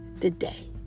today